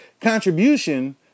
contribution